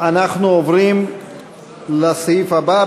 אנחנו עוברים לסעיף הבא,